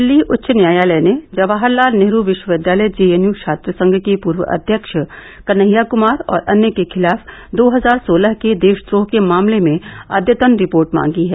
दिल्ली उच्च न्यायालय ने जवाहरलाल नेहरू विश्वविद्यालय जेएनयू छात्र संघ के पूर्व अध्यक्ष कन्हैया कुमार और अन्य के खिलाफ दो हजार सोलह के देश द्रोह के मामले में अद्यतन रिपोर्ट मांगी है